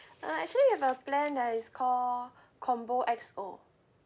uh actually we have a plan that is call combo X_O